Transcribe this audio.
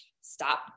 Stop